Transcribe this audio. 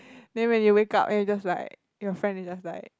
then when you wake up and you're just like your friend is just like